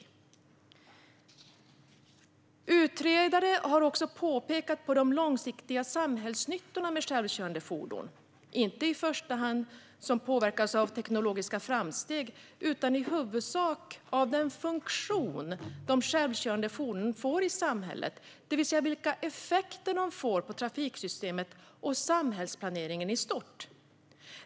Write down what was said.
Utredare har också pekat på de långsiktiga samhällsnyttorna med självkörande fordon. De påverkas inte i första hand av teknologiska framsteg utan i huvudsak av den funktion som de självkörande fordonen får i samhället, det vill säga vilka effekter de får på trafiksystemet och samhällsplaneringen i stort.